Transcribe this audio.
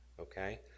okay